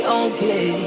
okay